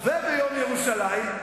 ביום ירושלים.